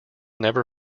never